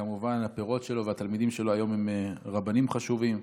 וכמובן שהפירות שלו והתלמידים שלו היום הם רבנים חשובים.